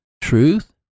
truth